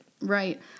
Right